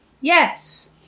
Yes